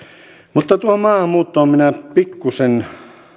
mutta tuohon maahanmuuttoon minä pikkuisen